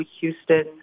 Houston